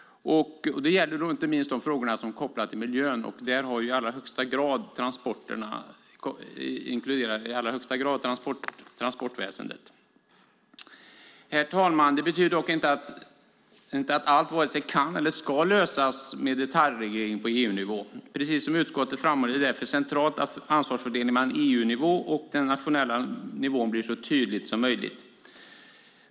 Det gäller inte minst de frågor som är kopplade till miljön. Där är i allra högsta grad transportväsendet inkluderat. Herr talman! Det betyder dock inte att allt vare sig kan eller ska lösas med detaljreglering på EU-nivå. Precis som utskottet framhåller är det därför centralt att ansvarsfördelningen mellan EU-nivån och den nationella nivån blir så tydlig som möjligt.